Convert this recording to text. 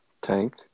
tank